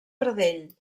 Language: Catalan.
pradell